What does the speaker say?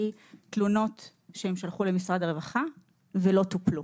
תלונות ששלחו למשרד הרווחה ולא טופלו.